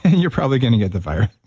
you're probably going to get the fire.